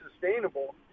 sustainable